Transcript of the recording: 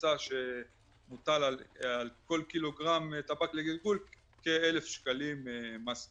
יצא שמוטל על כל קילוגרם טבק לגלגול כ-1,000 שקלים מס קנייה.